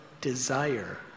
desire